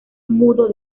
mudo